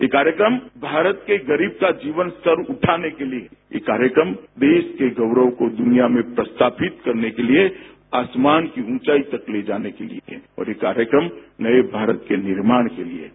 ये कार्यक्रम भारत के गरीब का जीवन स्तर उठाने के लिए ये कार्यक्रम देश के गौरव को दुनिया में प्रतिस्थापित करने के लिए आसमान की ऊंचाई तक ले जाने के लिए है ये कार्यक्रम नये भारत के निर्माण के लिए है